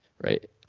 Right